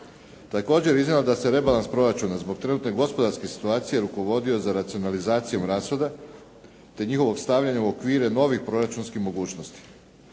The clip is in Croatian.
Također je iznijeto da se rebalans proračuna zbog trenutne gospodarske situacije rukovodio za racionalizacijom rashoda, te njihovog stavljanja u okvire novih proračunskih mogućnosti.